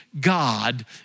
God